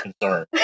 concern